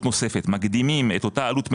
נוספת אלא מקדימים אותה עלות מניה,